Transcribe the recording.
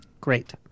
Great